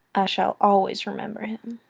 i shall always remember him,